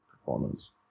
performance